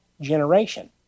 generation